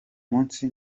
munsi